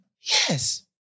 Yes